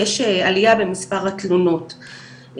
יש עלייה במספר התלונות,